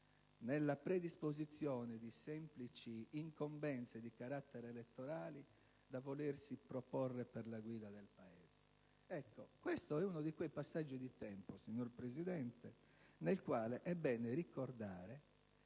nella predisposizione di semplici incombenze di carattere elettorale da volersi proporre per la guida del Paese. Ecco, questo è uno di quei passaggi di tempo, signor Presidente, nel quale è bene ricordare